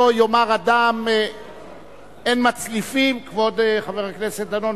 לא יאמר אדם, אין מצליפים, כבוד חבר הכנסת דנון.